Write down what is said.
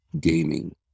gaming